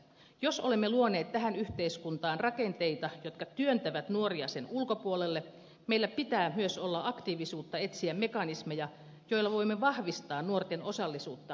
jos olemme luoneet tähän yhteiskuntaan rakenteita jotka työntävät nuoria sen ulkopuolelle meillä pitää myös olla aktiivisuutta etsiä mekanismeja joilla voimme vahvistaa nuorten osallisuutta ongelmatilanteissakin